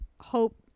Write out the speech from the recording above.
hope